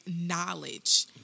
knowledge